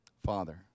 Father